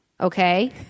Okay